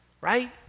right